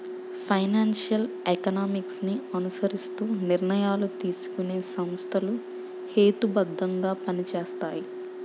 financial economics ని అనుసరిస్తూ నిర్ణయాలు తీసుకునే సంస్థలు హేతుబద్ధంగా పనిచేస్తాయి